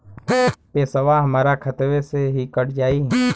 पेसावा हमरा खतवे से ही कट जाई?